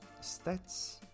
stats